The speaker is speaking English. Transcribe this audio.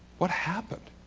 what happened?